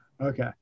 Okay